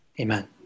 Amen